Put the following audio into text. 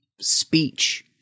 speech